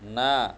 ନା